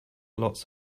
lots